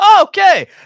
Okay